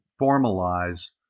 formalize